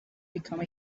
become